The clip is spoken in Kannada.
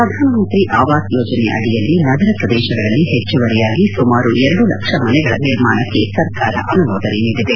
ಪ್ರಧಾನ ಮಂತ್ರಿ ಆವಾಸ್ ಯೋಜನೆಯ ಅಡಿಯಲ್ಲಿ ನಗರ ಪ್ರದೇಶಗಳಲ್ಲಿ ಹೆಚ್ಚುವರಿಯಾಗಿ ಸುಮಾರು ಎರಡು ಲಕ್ಷ ಮನೆಗಳ ನಿರ್ಮಾಣಕ್ಕೆ ಸರ್ಕಾರ ಅನುಮೋದನೆ ನೀಡಿದೆ